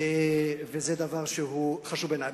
וזה דבר שהוא חשוב בעיני.